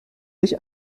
sich